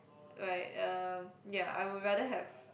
right ya ya I would rather have